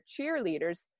cheerleaders